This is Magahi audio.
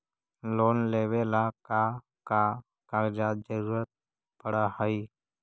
लोन लेवेला का का कागजात जरूरत पड़ हइ?